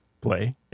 play